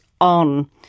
on